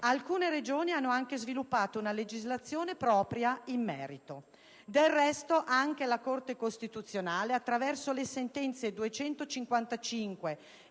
Alcune Regioni hanno anche sviluppato una legislazione propria in merito. Del resto, anche la Corte costituzionale, attraverso le sentenze nn.